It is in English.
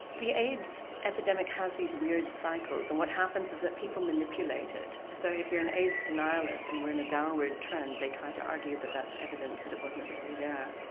the aids epidemic has these weird cycles and what happens is that people manipulate it and so if you're an aids denialist and we're in a downward trend they try to argue that that's evidence that it wasn't really there.